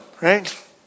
right